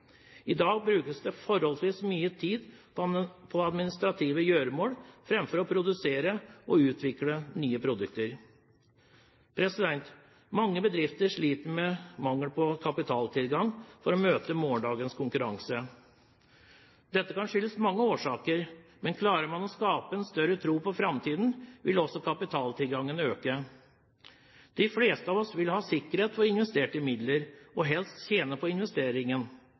I dag brukes det forholdsvis mye tid på administrative gjøremål framfor på å produsere og utvikle nye produkter. Mange bedrifter sliter med mangel på kapitaltilgang for å møte morgendagens konkurranse. Dette kan ha mange årsaker, men klarer man å skape en større tro på framtiden, vil også kapitaltilgangen øke. De fleste av oss vil ha sikkerhet for investerte midler og helst tjene på